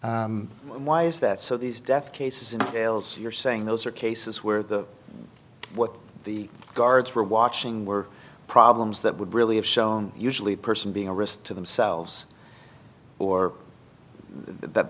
why is that so these death cases in jails you're saying those are cases where the what the guards were watching were problems that would really have shown usually person being a risk to themselves or that